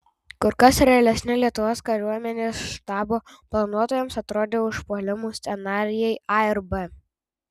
kur kas realesni lietuvos kariuomenės štabo planuotojams atrodė užpuolimų scenarijai a ir b